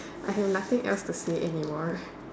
I have nothing else to say anymore